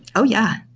oh, yeah.